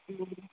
ꯎꯝ